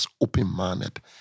open-minded